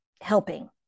helping